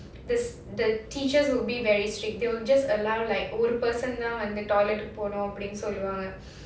the teachers would be very strict they'll just allow like ஒரு:oru person தா வந்து:tha vandhu toilet போகணும் அப்டினு சொல்லுவாங்க:poganum apdinu solluvaanga